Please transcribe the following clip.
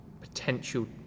potential